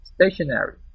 stationary